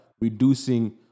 reducing